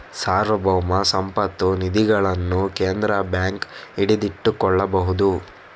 ಸಾರ್ವಭೌಮ ಸಂಪತ್ತು ನಿಧಿಗಳನ್ನು ಕೇಂದ್ರ ಬ್ಯಾಂಕ್ ಹಿಡಿದಿಟ್ಟುಕೊಳ್ಳಬಹುದು